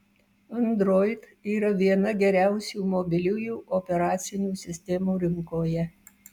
android yra viena geriausių mobiliųjų operacinių sistemų rinkoje